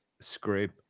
scrape